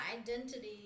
identity